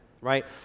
right